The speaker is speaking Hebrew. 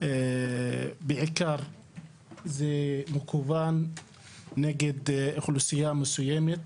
בעיקר זה מכוון נגד אוכלוסייה מסוימת,